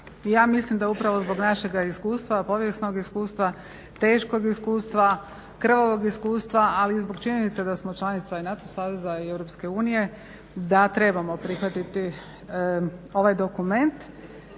mislim da zbog našeg iskustva, povijesnog iskustva, teškog iskustva, krvavog iskustva ali i zbog činjenice da smo članica i NATO Saveza i EU da trebamo prihvatiti ovaj dokument,